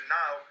now